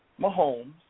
Mahomes